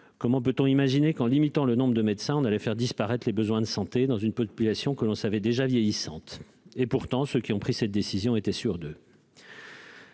Comment pouvait-on imaginer qu'en limitant le nombre de médecins on allait faire disparaître les besoins de santé dans une population que l'on savait déjà vieillissante ? Et pourtant, ceux qui prirent cette décision étaient sûrs d'eux